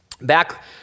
Back